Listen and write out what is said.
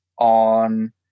on